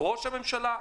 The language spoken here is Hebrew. ראש הממשלה,